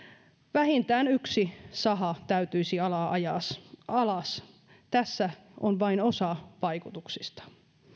vähintään yksi saha täytyisi ajaa alas tässä on vain osa vaikutuksista